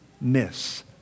miss